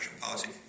policy